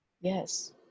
Yes